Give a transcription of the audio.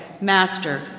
Master